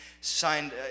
signed